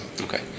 Okay